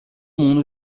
mundo